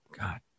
God